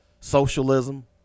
socialism